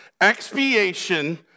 Expiation